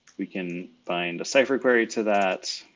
we can find a cipher query to that,